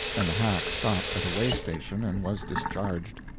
and the hack stopped at a way station and was discharged.